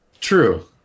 True